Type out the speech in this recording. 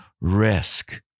risk